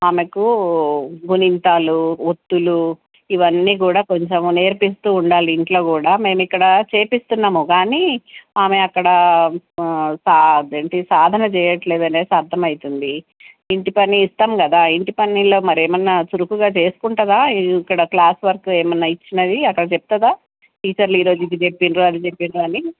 ఆమెకు గుణింతాలు ఒత్తులు ఇవన్నీ కూడా కొంచెము నేర్పిస్తు ఉండాలి ఇంట్లో కూడా మేము ఇక్కడ చేపిస్తున్నాము కానీ ఆమె అక్కడ సా అదేంటి సాధన చేయట్లేదు అని అర్ధం అవుతుంది ఇంటి పని ఇస్తాం కదా ఇంటి పనిలో ఏమన్న చురుకుగా చేసుకుంటుందా ఈ ఇక్కడ క్లాస్ వర్కు ఏమన్న ఇచ్చినది అక్కడ చెప్తాదా టీచర్లు ఈరోజు ఇది చెప్పిండ్రు అది చెప్పిండ్రు అని